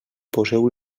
poseu